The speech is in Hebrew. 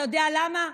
אתה יודע למה?